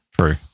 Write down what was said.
True